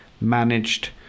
managed